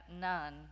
none